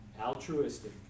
altruistic